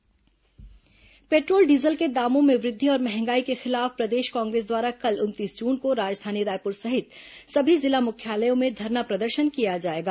कांग्रेस प्रदर्शन petrol diesel के दामों में वृद्धि और महंगाई के खिलाफ प्रदेश कांग्रेस द्वारा कल उनतीस जून को राजधानी रायपुर सहित सभी जिला मुख्यालयों में धरना प्रदर्शन किया जाएगा